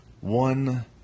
one